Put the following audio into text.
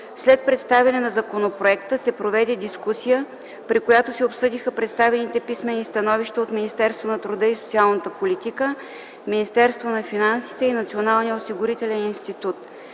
След представяне на законопроекта се проведе дискусия, при която се обсъдиха представените писмени становища от Министерството на труда и социалната политика, Министерството на финансите и Националния осигурителен институт.